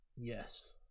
Yes